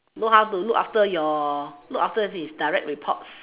know how to look after your look after the direct reports